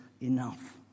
enough